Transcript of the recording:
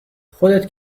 خودت